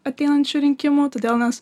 ateinančių rinkimų todėl nes